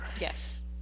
Yes